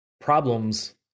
problems